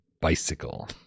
bicycle